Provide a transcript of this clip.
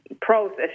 process